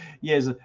Yes